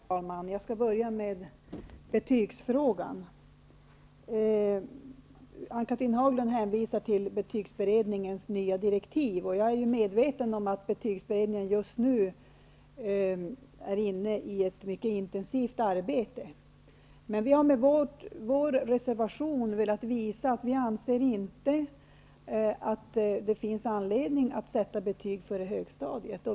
Herr talman! Jag skall börja med betygsfrågan. Ann-Cathrine Haglund hänvisar till betygsberedningens nya direktiv, och jag är medveten om att betygsberedningen just nu är inne i ett mycket intensivt arbete. Men vi har med vår reservation velat visa att vi anser att det inte finns anledning att sätta betyg före högstadiet.